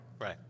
Right